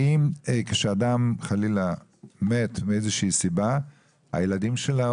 האם כשאדם חלילה מת מאיזה שהיא סיבה הילדים שלו